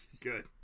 good